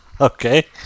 Okay